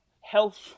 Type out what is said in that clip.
health